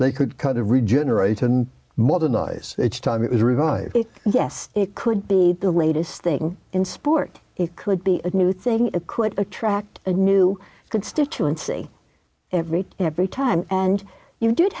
they could kind of regenerate and modernize each time it was revive it yes it could be the latest thing in sport it could be a new thing a could attract a new constituency every every time and you did